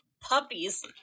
puppies